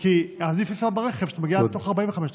כי עדיף לנסוע ברכב, כשאת מגיעה תוך 45 דקות.